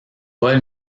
paul